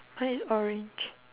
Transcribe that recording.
white and orange